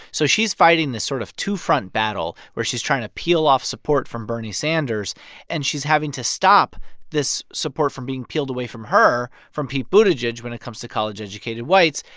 so she's fighting this sort of two-front battle where she's trying to peel off support from bernie sanders and she's having to stop this support from being peeled away from her from pete buttigieg when it comes to college-educated whites.